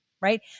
right